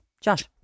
Josh